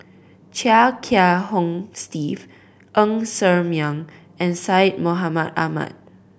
Chia Kiah Hong Steve Ng Ser Miang and Syed Mohamed Ahmed